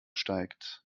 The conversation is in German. steigt